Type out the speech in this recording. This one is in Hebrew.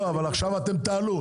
אבל עכשיו אתם תעלו.